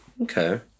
Okay